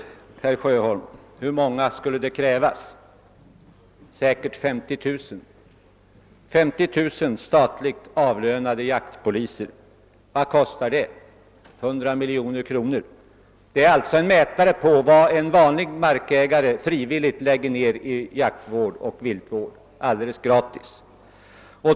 Men, herr Sjöholm, hur många skulle det krävas? Säkerligen 50 000 statligt avlönade jaktvårdspoliser. Vad kostar det? Hundra miljoner kronor. Det är en mätare på vad vanliga markägare frivilligt lägger ned på jaktvård och viltvård alldeles gratis.